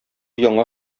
яңа